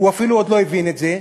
הוא אפילו עוד לא הבין את זה.